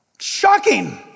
Shocking